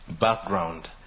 background